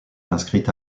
inscrites